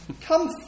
Come